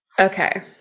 Okay